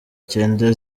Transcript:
cyenda